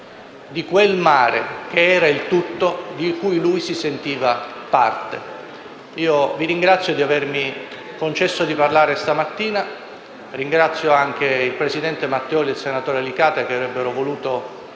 di quel mare che era il tutto, di cui lui si sentiva parte. Vi ringrazio di avermi concesso di parlare stamattina, ringrazio il presidente Matteoli e il senatore Alicata, che avrebbero voluto